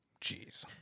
jeez